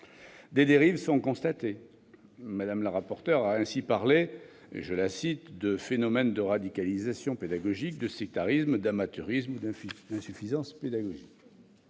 Des dérives sont constatées : Mme la rapporteur a ainsi parlé de « phénomènes de radicalisation pédagogique, de sectarisme, d'amateurisme ou d'insuffisance pédagogique